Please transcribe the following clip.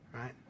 right